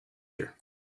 year